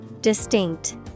Distinct